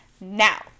Now